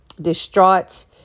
distraught